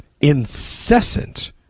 incessant